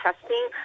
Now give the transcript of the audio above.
testing